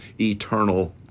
eternal